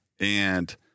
and-